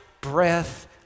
breath